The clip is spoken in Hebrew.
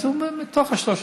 אז הוא אחד מתוך ה-13.